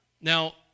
Now